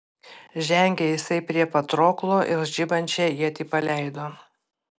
žengė jisai prie patroklo ir žibančią ietį paleido